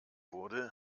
wurde